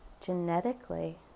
genetically